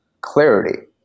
clarity